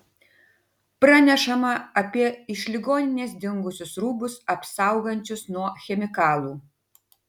pranešama apie iš ligoninės dingusius rūbus apsaugančius nuo chemikalų